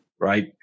right